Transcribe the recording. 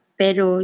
pero